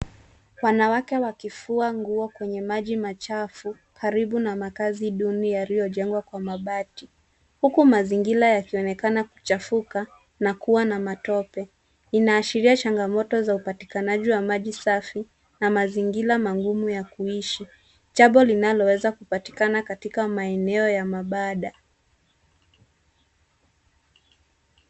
Wanawake wakifua nguo kwenye maji machafu karibu na makazi duni yaliyojengwa kwa mabati. Huku mazingira yakionekana kuchafuka na kuwa na matope. Inaashiria changamoto za upatikanaji wa maji safi na mazingira magumu ya kuishi. Jambo linaloweza kupatikana katika maeneo ya mabanda.